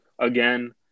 Again